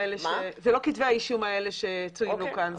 אלה לא כתבי האישום שצוינו כאן.